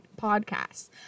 podcasts